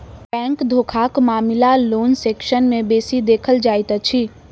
bank धोखाक मामिला loan section मे बेसी देखल जाइत अछि